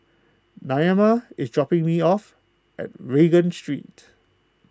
Naima is dropping me off at Regent Street